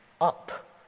up